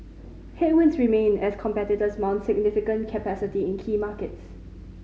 headwinds remain as competitors mount significant capacity in key markets